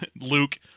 Luke